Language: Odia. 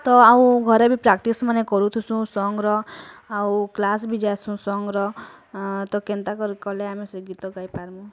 ତ ଆଉ ଘରେ ବି ପ୍ରାକ୍ଟିସ୍ ମାନେ କରୁଥିସୁଁ ସଙ୍ଗ୍ର ଆଉ କ୍ଲାସ୍ ବି ଯାଏସୁଁ ସଙ୍ଗ୍ର ଆଁ ତ କେନ୍ତା କରି କଲେ ଆମେ ସେ ଗୀତ ଗାଇ ପାର୍ମୁ